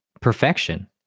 perfection